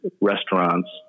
restaurants